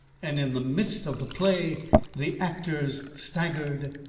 and in the midst of the play the actors staggered,